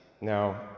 Now